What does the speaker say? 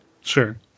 Sure